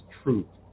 truth